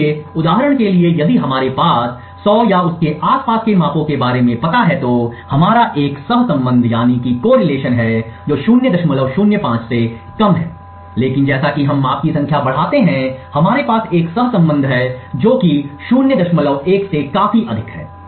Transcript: इसलिए उदाहरण के लिए यदि हमारे पास 100 या उसके आस पास के मापों के बारे में पता है तो हमारा एक सहसंबंध है जो 005 से कम है लेकिन जैसा कि हम माप की संख्या बढ़ाते हैं हमारे पास एक सहसंबंध है जो कि 01 से काफी अधिक है